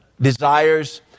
desires